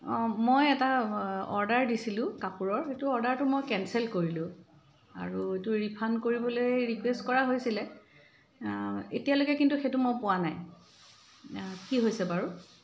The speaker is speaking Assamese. অ' মই এটা অৰ্ডাৰ দিছিলোঁ কাপোৰৰ সেইটো অৰ্ডাৰটো মই কেঞ্চেল কৰিলোঁ আৰু এইটো ৰিফাণ্ড কৰিবলৈ ৰিকুৱেষ্ট কৰা হৈছিলে এতিয়ালৈকে কিন্তু মই সেইটোও পোৱা নাই কি হৈছে বাৰু